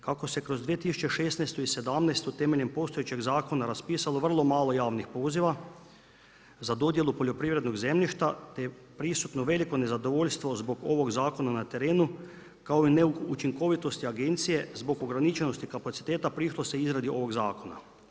Kako se kroz 2016. i 2017. temeljem postojećeg zakona raspisalo vrlo malo javnih poziva za dodjelu poljoprivrednog zemljišta te je prisutno veliko nezadovoljstvo ovog zakona na terenu kao i neučinkovitost agencije zbog ograničenosti kapaciteta prišlo se izradi ovog zakona.